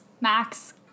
Max